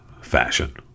fashion